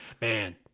Man